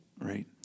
Right